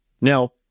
Now